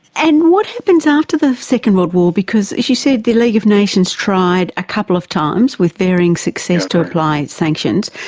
and what happens after the second world war, because as you said, the league of nations tried a couple of times with varying success to apply sanctions,